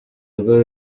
bigo